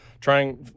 trying